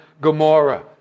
Gomorrah